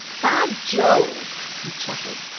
bah jove! he chuckled.